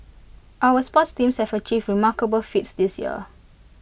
our sports teams have achieved remarkable feats this year